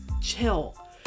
chill